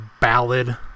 ballad